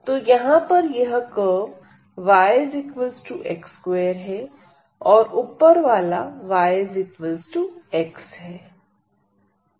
तो यहां पर यह कर्व yx2 है और ऊपर वाला yx है